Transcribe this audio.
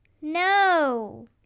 no